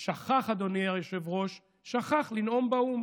הוא שכח, אדוני היושב-ראש, שכח לנאום באו"ם.